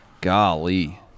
golly